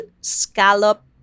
scallop